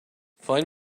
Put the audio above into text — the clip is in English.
find